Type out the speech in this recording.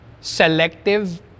selective